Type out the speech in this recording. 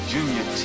Junior